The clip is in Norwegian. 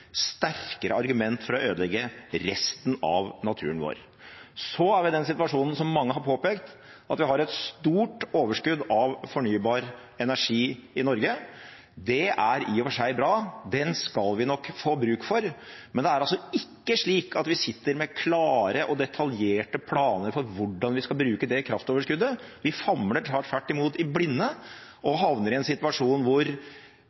sterkere argument for å ødelegge resten av naturen vår. Og så er vi i den situasjonen, som mange har påpekt, at vi har et stort overskudd av fornybar energi i Norge. Det er i og for seg bra, den skal vi nok få bruk for, men det er altså ikke slik at vi sitter med klare og detaljerte planer for hvordan vi skal bruke det kraftoverskuddet. Vi famler tvert imot i blinde og havner i en situasjon hvor